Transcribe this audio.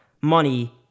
money